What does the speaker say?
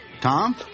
Tom